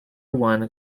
one